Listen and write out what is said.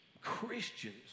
Christians